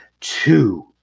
two